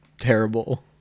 terrible